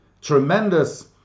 tremendous